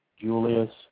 Julius